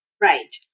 Right